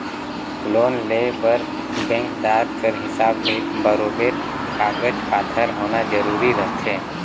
loan लेय बर बेंकदार कर हिसाब ले बरोबेर कागज पाथर होना जरूरी रहथे